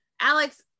Alex